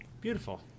Beautiful